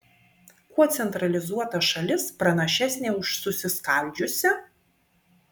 kuo centralizuota šalis pranašesnė už susiskaldžiusią